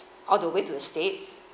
all the way to the states